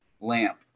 lamp